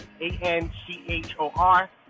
A-N-C-H-O-R